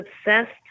obsessed